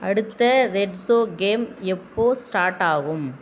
அடுத்த ரெட்சோ கேம் எப்போது ஸ்டார்ட் ஆகும்